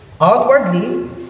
outwardly